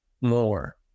more